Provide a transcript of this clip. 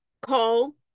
call